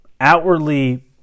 outwardly